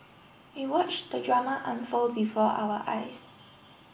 we watched the drama unfold before our eyes